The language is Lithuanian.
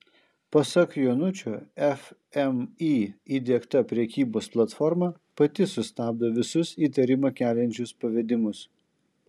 pasak jonučio fmį įdiegta prekybos platforma pati sustabdo visus įtarimą keliančius pavedimus